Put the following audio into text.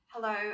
Hello